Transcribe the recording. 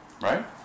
Right